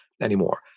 anymore